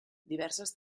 diverses